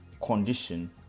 condition